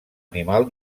animal